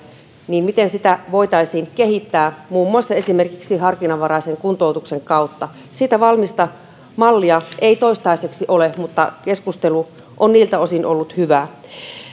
niin miten voidaan päästä siitä tilanteesta ja miten sitä voitaisiin kehittää muun muassa esimerkiksi harkinnanvaraisen kuntoutuksen kautta valmista mallia siitä ei toistaiseksi ole mutta keskustelu on niiltä osin ollut hyvää